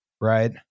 right